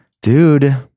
Dude